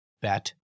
bet